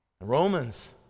Romans